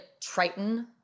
Triton